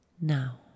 now